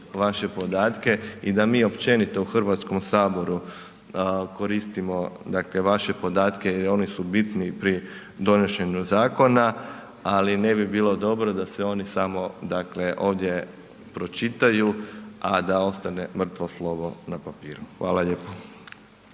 vaše podatke i da mi općenito u Hrvatskom saboru koristimo dakle vaše podatke jer oni su bitni pri donošenju zakona ali ne bi bilo dobro da se oni samo dakle ovdje pročitaju a da ostane mrtvo slovo na papiru. Hvala lijepo.